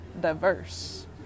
diverse